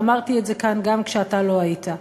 ואמרתי את זה כאן גם כשאתה לא היית.